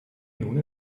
nun